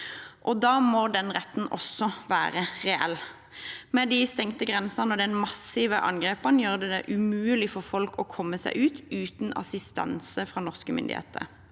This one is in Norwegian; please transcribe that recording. må også den retten være reell. Men de stengte grensene og de massive angrepene gjør det umulig for folk å komme seg ut uten assistanse fra norske myndigheter.